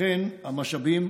וכן המשאבים